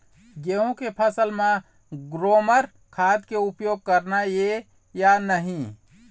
गेहूं के फसल म ग्रोमर खाद के उपयोग करना ये या नहीं?